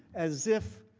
as if,